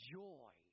joy